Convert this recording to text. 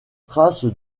traces